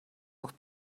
noch